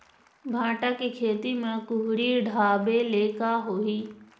भांटा के खेती म कुहड़ी ढाबे ले का होही?